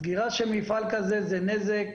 סגירה של מפעל כזה זה נזק.